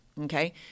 okay